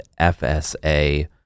FSA